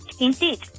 indeed